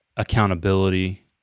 accountability